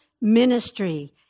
ministry